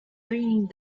raining